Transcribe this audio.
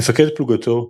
מפקד פלגתו,